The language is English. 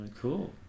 cool